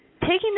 taking